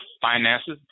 finances